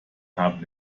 haben